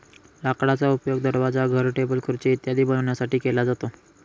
लाकडाचा उपयोग दरवाजा, घर, टेबल, खुर्ची इत्यादी बनवण्यासाठी केला जातो